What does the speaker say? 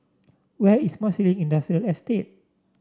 where is Marsiling Industrial Estate